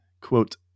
quote